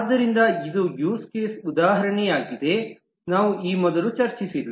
ಆದ್ದರಿಂದ ಇದು use case ಉದಾಹರಣೆಯಾಗಿದೆ ನಾವು ಈ ಮೊದಲು ಚರ್ಚಿಸಿಲ್ಲ